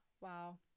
Wow